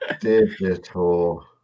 digital